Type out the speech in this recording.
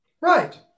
Right